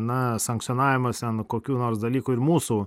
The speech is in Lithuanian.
na sankcionavimas ten kokių nors dalykų ir mūsų